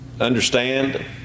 understand